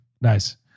Nice